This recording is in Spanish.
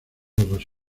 otros